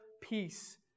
peace